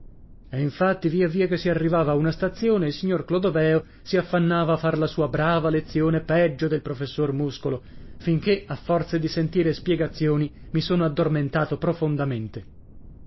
e infatti via via che si arrivava a una stazione il signor clodoveo si affannava a far la sua brava lezione peggio del professor muscolo finché a forza di sentire spiegazioni mi sono addormentato profondamente